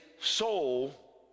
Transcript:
soul